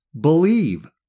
Believe